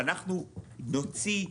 אנחנו נוציא,